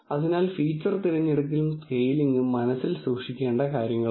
അതിനാൽ ഫീച്ചർ തിരഞ്ഞെടുക്കലും സ്കെയിലിംഗും മനസ്സിൽ സൂക്ഷിക്കേണ്ട കാര്യങ്ങളാണ്